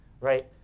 right